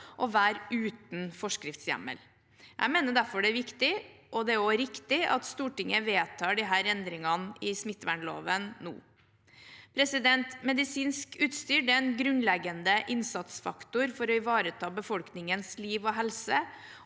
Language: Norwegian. å være uten forskriftshjemmel. Jeg mener derfor det er viktig og riktig at Stortinget vedtar disse endringene i smittevernloven nå. Medisinsk utstyr er en grunnleggende innsatsfaktor for å ivareta befolkningens liv og helse